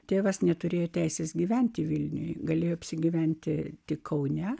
tėvas neturėjo teisės gyventi vilniuje galėjo apsigyventi tik kaune